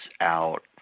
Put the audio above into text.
out